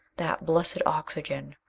that blessed oxygen!